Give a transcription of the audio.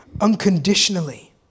unconditionally